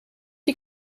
die